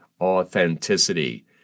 authenticity